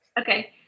Okay